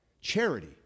Charity